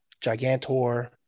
Gigantor